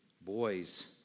Boys